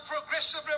progressive